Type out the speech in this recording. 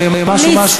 זה משהו-משהו.